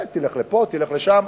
תלך לפה, תלך לשם.